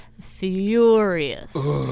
furious